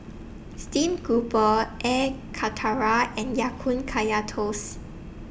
Steamed Grouper Air Karthira and Ya Kun Kaya Toast